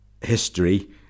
history